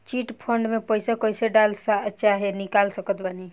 Chit fund मे पईसा कईसे डाल चाहे निकाल सकत बानी?